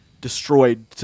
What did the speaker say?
destroyed